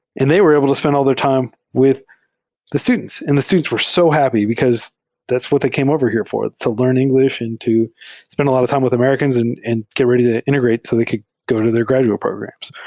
and they were able to spend al l their time with the students, and the students were so happy, because that's what they came over here for, to learn engl ish and to spend a lot of time with americans and and get ready to integrate so they could go to their graduate programs.